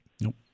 Nope